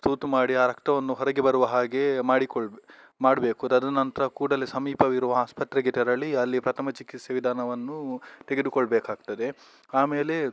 ತೂತು ಮಾಡಿ ಆ ರಕ್ತವನ್ನು ಹೊರಗೆ ಬರುವ ಹಾಗೆ ಮಾಡಿಕೊಳ್ಳ ಮಾಡಬೇಕು ತದನಂತರ ಕೂಡಲೇ ಸಮೀಪವಿರುವ ಆಸ್ಪತ್ರೆಗೆ ತೆರಳಿ ಅಲ್ಲಿ ಪ್ರಥಮ ಚಿಕಿತ್ಸೆ ವಿಧಾನವನ್ನು ತೆಗೆದು ಕೊಳ್ಳಬೇಕಾಗ್ತದೆ ಆಮೇಲೆ